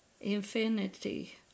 infinity